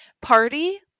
party